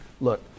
look